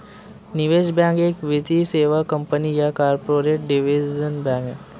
निवेश बैंक एक वित्तीय सेवा कंपनी या कॉर्पोरेट डिवीजन है